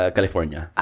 California